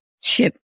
ship